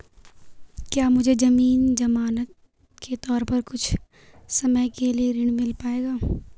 क्या मुझे ज़मीन ज़मानत के तौर पर कुछ समय के लिए ऋण मिल पाएगा?